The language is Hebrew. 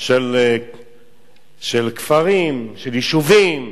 של כפרים, של יישובים,